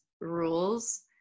Rules